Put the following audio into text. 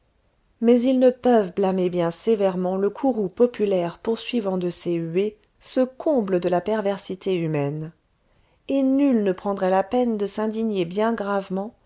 mais ils ne peuvent blâmer bien sévèrement le courroux populaire poursuivant de ses huées ce comble de la perversité humaine et nul ne prendrait la peine de s'indigner bien gravement